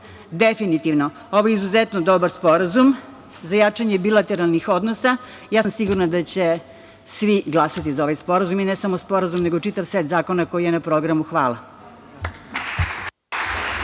se. Definitivno, ovo je izuzetno dobar sporazum za jačanje bilateralnih odnosa. Ja sam sigurna da će svi glasati za ovaj sporazum, i ne samo sporazum nego čitav set zakona koji je na programu. Hvala.